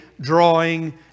drawing